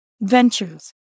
Ventures